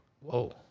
Whoa